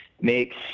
makes